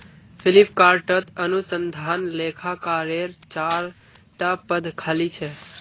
फ्लिपकार्टत अनुसंधान लेखाकारेर चार टा पद खाली छ